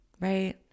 Right